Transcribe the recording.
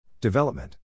Development